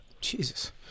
Jesus